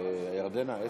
אדוני.